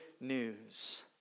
news